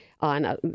on